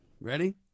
Ready